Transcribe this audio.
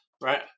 right